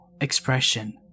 expression